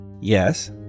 Yes